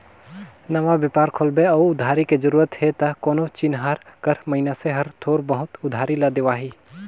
नवा बेपार खोलबे अउ उधारी के जरूरत हे त कोनो चिनहार कर मइनसे हर थोर बहुत उधारी ल देवाही